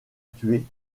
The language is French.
tuer